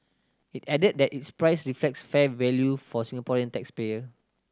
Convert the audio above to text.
it added that its price reflects fair value for Singaporean tax payer